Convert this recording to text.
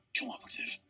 cooperative